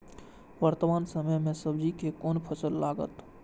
वर्तमान समय में सब्जी के कोन फसल लागत?